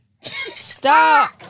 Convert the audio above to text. stop